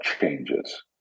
changes